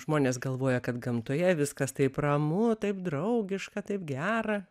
žmonės galvoja kad gamtoje viskas taip ramu taip draugiška taip gera